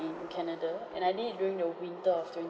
in canada and I did it during the winter of twenty